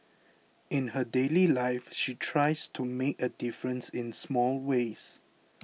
in her daily life she tries to make a difference in small ways